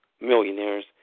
millionaires